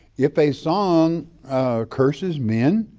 if a song curses men,